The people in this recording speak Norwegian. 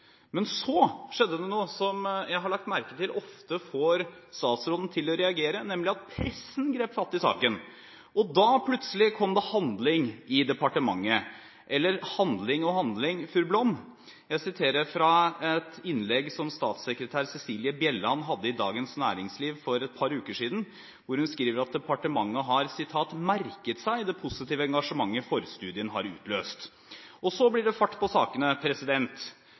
Så skjedde det noe, som jeg har lagt merke til ofte får statsråden til å reagere, nemlig at pressen grep fatt i saken. Da kom det plutselig handling i departementet – eller handling og handling fru Blom! Jeg siterer fra et innlegg som statssekretær Cecilie Bjelland hadde i Dagens Næringsliv for et par uker siden, hvor hun skriver at departementet «har merket seg det positive engasjementet forstudien har utløst». Så blir det fart på sakene.